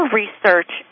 research